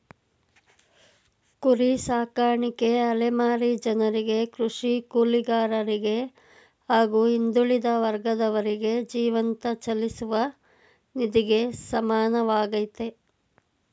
ಕುರಿ ಸಾಕಾಣಿಕೆ ಅಲೆಮಾರಿ ಜನರಿಗೆ ಕೃಷಿ ಕೂಲಿಗಾರರಿಗೆ ಹಾಗೂ ಹಿಂದುಳಿದ ವರ್ಗದವರಿಗೆ ಜೀವಂತ ಚಲಿಸುವ ನಿಧಿಗೆ ಸಮಾನವಾಗಯ್ತೆ